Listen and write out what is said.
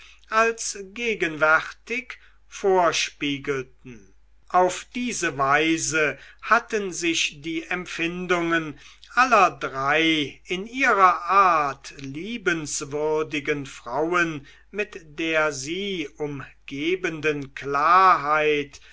als gegenwärtig vorspiegelten auf diese weise hatten sich die empfindungen aller drei in ihrer art liebenswürdigen frauen mit der sie umgebenden klarheit